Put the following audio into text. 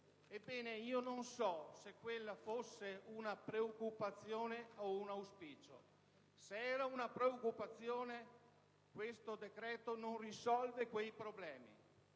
Ebbene, non so se quella fosse una preoccupazione o un auspicio. Se era una preoccupazione, questo decreto non risolve quei problemi;